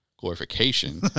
Glorification